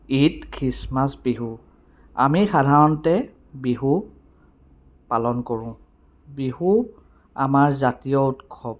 Eid Christmas Bihu আমি সাধাৰণতে বিহু পালন কৰো বিহু আমাৰ জাতীয় উৎসৱ